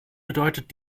bedeutet